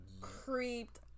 creeped